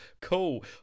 Cool